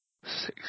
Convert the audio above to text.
Six